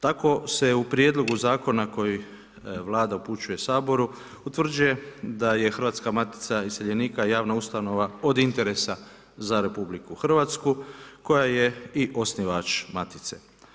Tako se u prijedlogu zakona koji Vlada upućuje Saboru, utvrđuje da je Hrvatska matica iseljenika javna ustanova od interesa za RH, koja je i osnivač matice.